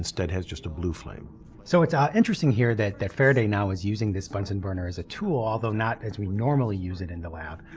instead has just a blue flame. don so, it's ah interesting here that that faraday now is using this bunsen burner as a tool although not as we normally use it in the lab.